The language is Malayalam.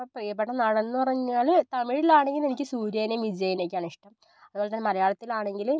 ഇപ്പം പ്രിയപ്പെട്ട നടൻ എന്ന് പറഞ്ഞാൽ തമിഴിൽ ആണെങ്കിൽ എനിക്ക് സൂര്യനെയും വിജയിനെയൊക്കെയാണ് ഇഷ്ടം അതുപോലെ മലയാളത്തിൽ ആണെങ്കിൽ